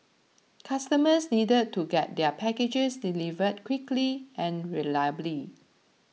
customers needed to get their packages delivered quickly and reliably